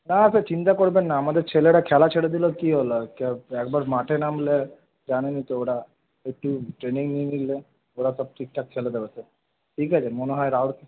না স্যার চিন্তা করবেন না আমাদের ছেলেরা খেলা ছেড়ে দিলেও কি হলো আর একবার মাঠে নামলে জানেনই তো ওরা একটু ট্রেনিং নিয়ে নিলে ওরা সব ঠিকঠাক খেলে দেবে স্যার ঠিক আছে মনে হয় রাউর